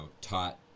taught